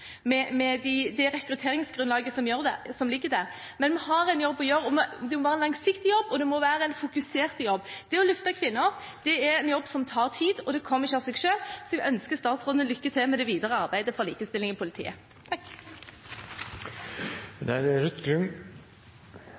med det rekrutteringsgrunnlaget som ligger der, men vi har en jobb å gjøre, og det må være en langsiktig jobb, og det må være en fokusert jobb. Det å løfte kvinner er en jobb som tar tid, og det kommer ikke av seg selv. Så jeg vil ønske statsråden lykke til med det videre arbeidet for likestilling i politiet. Dette er